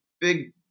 big